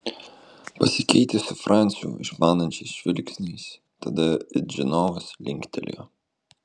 pasikeitė su franciu išmanančiais žvilgsniais tada it žinovas linktelėjo